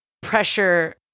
pressure